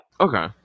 Okay